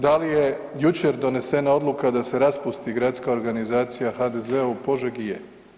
Da li je jučer donesena odluka da se raspusti gradska organizacija HDZ-a u Požegi, je.